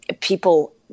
people